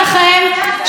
איך אתם מדברים.